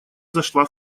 зашла